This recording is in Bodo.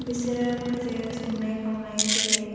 बेसोरो माखासे संनाय खावनाय जेरै